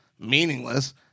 meaningless